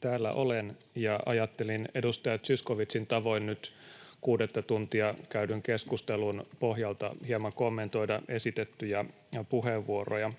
Täällä olen, ja ajattelin edustaja Zyskowiczin tavoin nyt kuudetta tuntia käydyn keskustelun pohjalta hieman kommentoida esitettyjä puheenvuoroja.